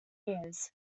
years